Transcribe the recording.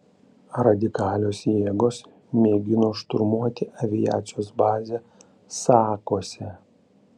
radikalios jėgos mėgino šturmuoti aviacijos bazę sakuose